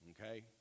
okay